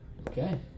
Okay